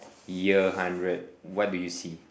year hundred what do you see